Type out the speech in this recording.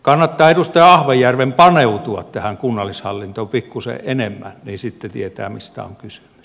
kannattaa edustaja ahvenjärven paneutua tähän kunnallishallintoon pikkusen enemmän niin sitten tietää mistä on kysymys